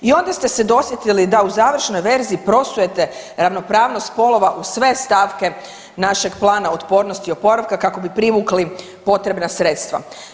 I onda ste se dosjetili da u završnoj verziji … ravnopravnost spolova u sve stavke našeg Plana otpornosti i oporavka kako bi privukli potrebna sredstva.